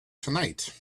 tonight